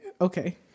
Okay